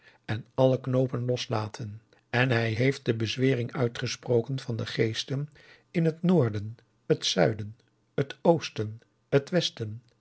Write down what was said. en alle knoopen loslaten en hij heeft de bezwering uitgesproken van de geesten in het noorden het zuiden het oosten het westen